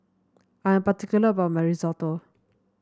I am particular about my Risotto